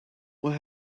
what